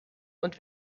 und